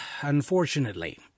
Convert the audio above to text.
unfortunately